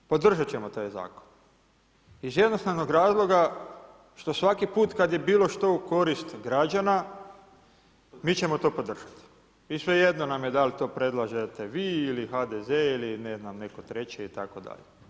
Da, podržat ćemo taj zakon iz jednostavnog razloga što svaki put kad je bilo što u korist građana mi ćemo to podržati ili svejedno nam je da li to predlažete vi ili HDZ ili ne znam netko treći itd.